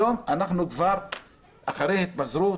היום אנחנו כבר אחרי התפזרות,